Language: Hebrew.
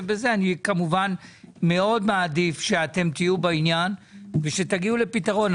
אני כמובן מאוד מעדיף שתהיו בעניין ושתגיעו לפתרון.